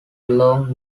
along